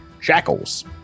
shackles